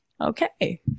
okay